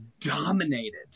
dominated